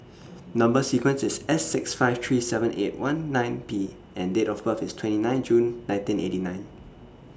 Number sequence IS S six five three seven eight one nine P and Date of birth IS twenty nine June nineteen eighty nine